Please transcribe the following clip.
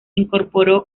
incorporó